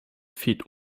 fehlt